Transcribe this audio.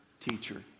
teacher